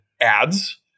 ads